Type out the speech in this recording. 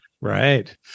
Right